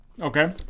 Okay